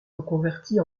reconvertie